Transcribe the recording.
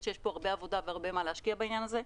שיש פה הרבה עבודה והרבה מה להשקיע בעניין הזה.